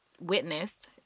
witnessed